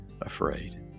afraid